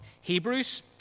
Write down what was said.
Hebrews